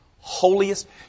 holiest